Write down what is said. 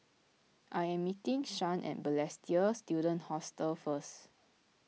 I am meeting Shan at Balestier Student Hostel first